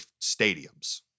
stadiums